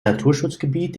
naturschutzgebiet